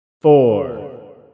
Four